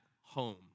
home